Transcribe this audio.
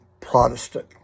Protestant